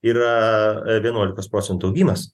yra vienuolikos procentų augimas